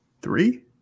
Three